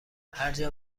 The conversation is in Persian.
هرجا